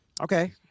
Okay